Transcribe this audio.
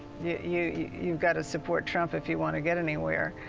you you got to support trump if you want to get anywhere.